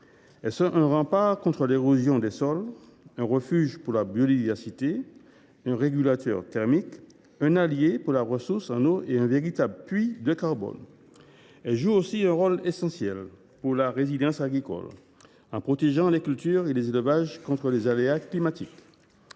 constituent un rempart contre l’érosion des sols, un refuge pour la biodiversité, un régulateur thermique, un allié pour la ressource en eau et un véritable puits de carbone. Elles jouent aussi un rôle essentiel pour la résilience agricole, en protégeant les cultures et les élevages contre les aléas climatiques.